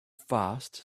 fast